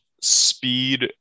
speed